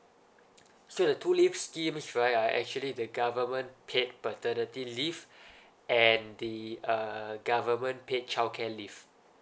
so the two leaves schemes right are actually the government paid paternity leave and the uh government paid childcare leave